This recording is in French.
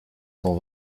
cent